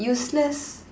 useless